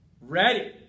ready